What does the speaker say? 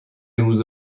روز